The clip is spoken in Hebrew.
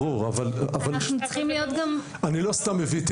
ברור אבל אני לא סתם מביא,